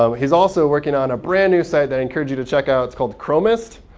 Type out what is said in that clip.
um he's also working on a brand new site that i encourage you to check out. it's called chromist.